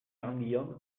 grandguillaume